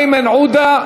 איימן עודה,